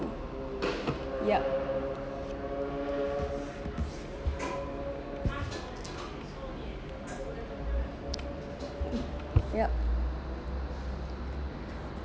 yup yup